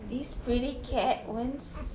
this pretty cat wants